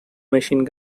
machine